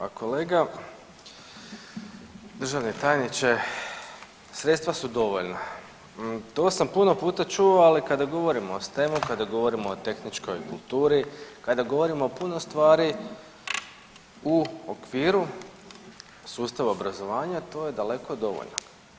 A kolega državni tajniče, sredstva su dovoljna, to sam puno puta čuo ali kad govorimo o STEM-u, kada govorimo o tehničkoj kulturi, kada govorimo o puno stvari u okviru sustava obrazovanja to je daleko dovoljno.